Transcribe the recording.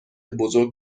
بزرگ